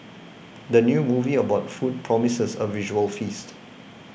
the new movie about food promises a visual feast